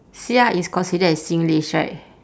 sia is considered as singlish right